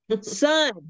son